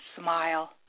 smile